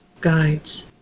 guides